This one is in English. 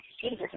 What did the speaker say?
Jesus